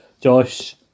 Josh